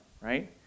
right